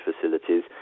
facilities